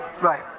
Right